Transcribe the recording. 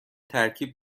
ترکیب